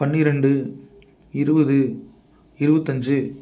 பன்னிரெண்டு இருபது இருபத்தஞ்சி